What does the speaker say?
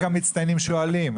רק המצטיינים שואלים.